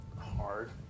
hard